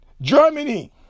Germany